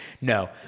No